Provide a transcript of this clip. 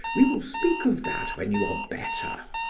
we will speak of that when you are better.